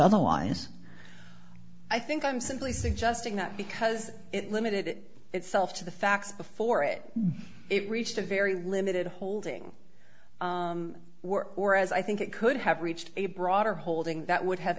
otherwise i think i'm simply suggesting that because it limited itself to the facts before it it reached a very limited holding were or as i think it could have reached a broader holding that would have